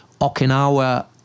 Okinawa